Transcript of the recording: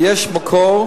יש מקור